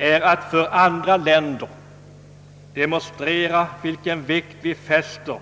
— är att för andra länder demonstrera vilken vikt vi fäster